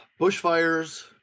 bushfires